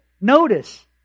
Notice